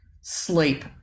sleep